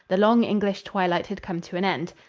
the long english twilight had come to an end.